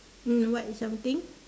mm what is something